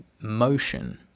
motion